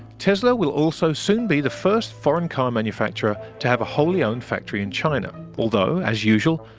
tesla will also soon be the first foreign car manufacturer to have a wholly owned factory in china. although, as usual,